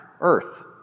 earth